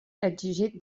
exigit